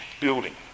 building